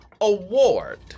award